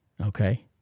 Okay